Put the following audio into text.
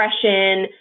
depression